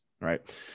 Right